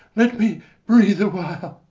let me breathe a while!